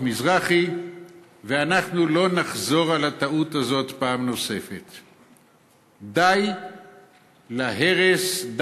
אני אבקש מן הנוכחים להצביע כדי להירשם.